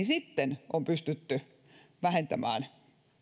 sitten on pystytty vähentämään